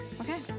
Okay